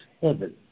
heaven